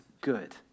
good